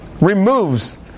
removes